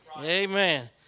Amen